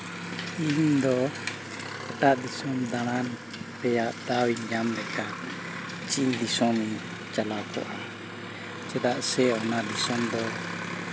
ᱤᱧᱫᱚ ᱮᱴᱟᱜ ᱫᱤᱥᱚᱢ ᱫᱟᱬᱟᱱ ᱨᱮᱭᱟᱜ ᱫᱟᱣ ᱤᱧ ᱧᱟᱢ ᱞᱮᱠᱷᱟᱱ ᱪᱤᱱ ᱫᱤᱥᱚᱢᱤᱧ ᱪᱟᱞᱟᱣ ᱠᱚᱜᱼᱟ ᱪᱮᱫᱟᱜ ᱥᱮ ᱚᱱᱟ ᱫᱤᱥᱚᱢ ᱫᱚ